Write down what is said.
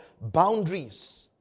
Boundaries